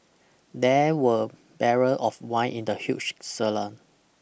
There were barrel of wine in the huge cellar